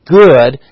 good